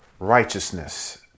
righteousness